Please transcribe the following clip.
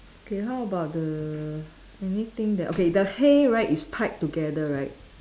okay how about the anything that okay the hay right is tied together right